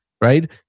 right